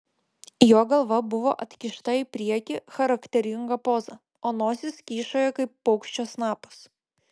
jo galva buvo atkišta į priekį charakteringa poza o nosis kyšojo kaip paukščio snapas